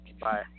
Bye